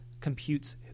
computes